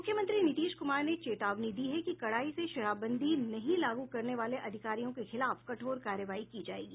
मुख्यमंत्री नीतीश कुमार ने चेतावनी दी है कि कड़ाई से शराबबंदी नहीं लागू करने वाले अधिकारियों के खिलाफ कठोर कार्रवाई की जायेगी